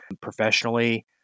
professionally